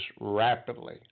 rapidly